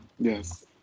Yes